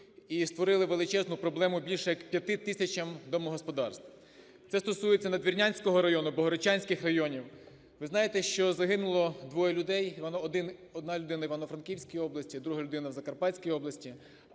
і створили величезну проблему більше як більше 5 тисячам домогосподарств. Це стосується Надвірнянського району, богородчанських районів. Ви знаєте, що загинуло двоє людей: одна людина - в Івано-франківській області, друга людина - в Закарпатській області.